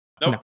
no